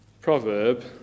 proverb